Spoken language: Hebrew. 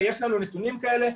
ויש לנו נתונים כאלה.